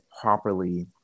properly